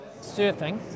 surfing